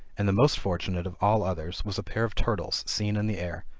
and the most fortunate of all others was a pair of turtles seen in the air,